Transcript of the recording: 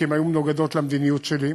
כי הן היו מנוגדות למדיניות שלי,